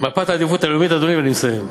מפת העדיפות הלאומית, אדוני, ואני מסיים: